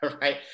Right